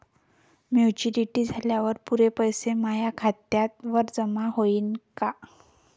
Maturity झाल्यावर पुरे पैसे माया खात्यावर जमा होईन का?